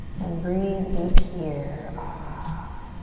and breathe deep here. ah.